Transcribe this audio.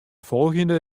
folgjende